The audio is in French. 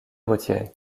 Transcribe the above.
retiré